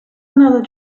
another